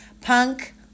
Punk